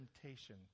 temptation